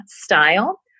style